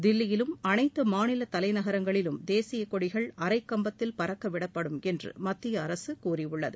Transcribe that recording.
தில்லியிலும் அனைத்து மாநில தலைநகரங்களிலும் தேசிய கொடிகள் அரை கம்பத்தில் பறக்க விடப்படும் என்று மத்திய அரசு கூறியுள்ளது